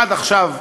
עד עכשיו,